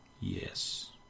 yes